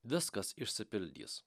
viskas išsipildys